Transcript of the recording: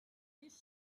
this